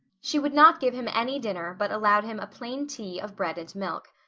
she would not give him any dinner but allowed him a plain tea of bread and milk.